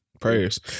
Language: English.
prayers